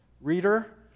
reader